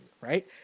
right